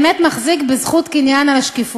רציתי לבדוק אם השמאל באמת מחזיק בזכות קניין על השקיפות.